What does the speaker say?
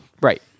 Right